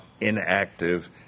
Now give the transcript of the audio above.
inactive